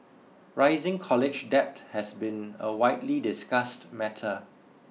rising college debt has been a widely discussed matter